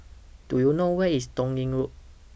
Do YOU know Where IS Toh Yi Road